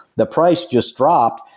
the price just dropped,